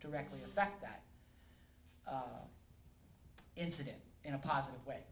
directly affect that incident in a positive way